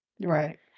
Right